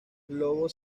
lobo